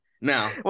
Now